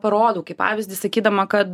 parodau kaip pavyzdį sakydama kad